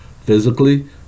physically